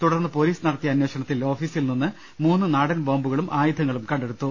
തുടർന്ന് പോലീസ് നടത്തിയ അന്വേഷണത്തിൽ ഓഫീസിൽ നിന്ന് മൂന്ന് നാടൻ ബോംബുകളും ആയുധങ്ങളും കണ്ടെടുത്തു